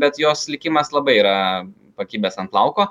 bet jos likimas labai yra pakibęs ant plauko